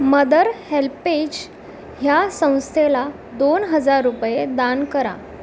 mother HelpAge ह्या संस्थेला दोन हजार रुपये दान करा